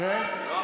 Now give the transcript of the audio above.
לכיוון,